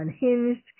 unhinged